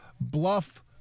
Bluff